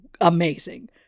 Amazing